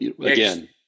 again